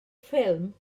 ffilm